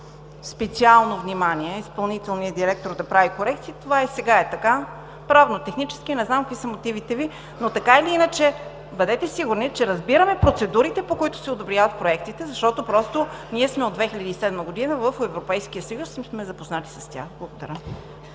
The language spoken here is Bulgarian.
специално внимание – изпълнителният директор да прави корекции, това и сега е така. Правно-технически не знам какви са мотивите Ви, но бъдете сигурни, че разбираме процедурите, по които се одобряват проектите, защото ние сме от 2007 г. в Европейския съюз и сме запознати с тях. Благодаря.